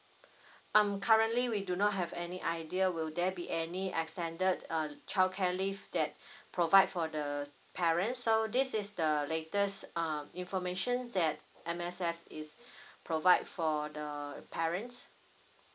um currently we do not have any idea will there be any extended uh childcare leave that provide for the parents so this is the latest um information that M_S_F is provide for the parents